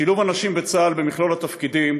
שילוב נשים בצה"ל במכלול התפקידים,